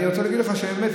אני רוצה להגיד לך שאמת,